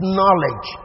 knowledge